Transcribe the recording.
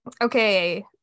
okay